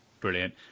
brilliant